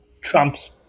Trump's